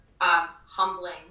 humbling